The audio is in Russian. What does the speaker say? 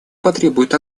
потребует